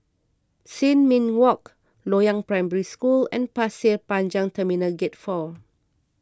Sin Ming Walk Loyang Primary School and Pasir Panjang Terminal Gate four